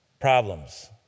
problems